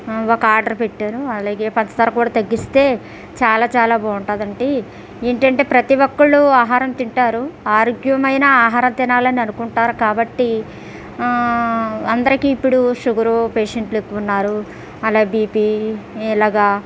ఒక ఆర్డర్ పెట్టాను అలాగే పంచదార కూడా తగ్గిస్తే చాలా చాలా బాగుంటుంది అండి ఏంటంటే ప్రతి ఒక్కరు ఆహారం తింటారు ఆరోగ్యమైన ఆహారం తినాలని అనుకుంటారు కాబట్టి అందరికీ ఇప్పుడు షుగర్ పేషెంట్లు ఎక్కువ ఉన్నారు అలాగే బిపి ఇలాగా